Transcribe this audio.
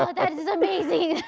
ah that is amazing.